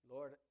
Lord